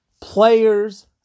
Players